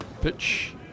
Pitch